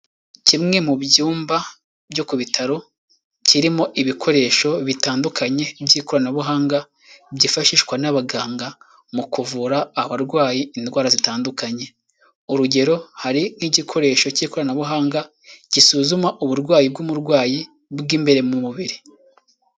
Kimwe mu byumba byo ku bitaro, kirimo ibikoresho bitandukanye by'ikoranabuhanga byifashishwa n'abaganga mu kuvura abarwayi indwara zitandukanye, urugero hari nk'igikoresho cy'ikoranabuhanga gisuzuma uburwayi bw'umurwayi bw'imbere mu mubiri.